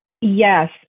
Yes